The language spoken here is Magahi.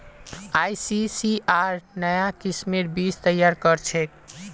आईसीएआर नाया किस्मेर बीज तैयार करछेक